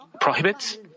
prohibits